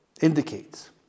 indicates